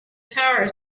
tower